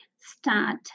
Start